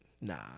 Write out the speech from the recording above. Nah